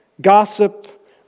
gossip